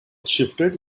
shifted